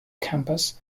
campus